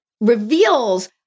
reveals